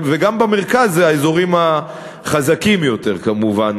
וגם במרכז אלה האזורים החזקים יותר כמובן,